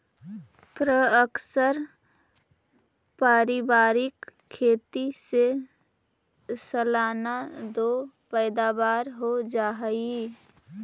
प्अक्सर पारिवारिक खेती से सालाना दो पैदावार हो जा हइ